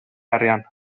arian